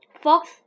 fox